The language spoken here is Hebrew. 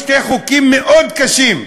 שני חוקים מאוד קשים,